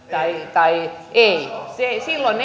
tai ei silloin